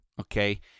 Okay